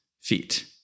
feet